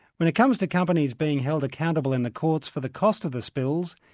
when it comes to companies being held accountable in the courts for the cost of the spills,